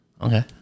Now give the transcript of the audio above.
Okay